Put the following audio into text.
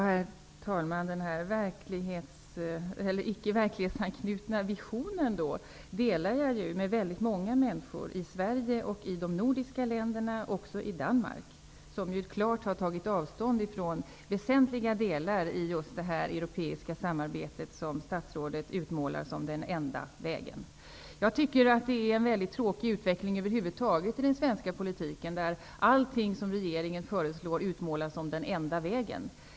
Herr talman! Den icke-verklighetsanknutna visionen delar jag med väldigt många människor i Sverige och i de andra nordiska länderna, också i Danmark, som ju klart har tagit avstånd från väsentliga delar av det europeiska samarbete som statsrådet utmålar som den enda vägen. Jag tycker att det är en väldigt tråkig utveckling över huvud taget i den svenska politiken, där allt som regeringen föreslår utmålas som den enda vägen.